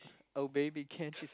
oh baby can't you s~